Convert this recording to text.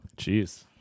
Jeez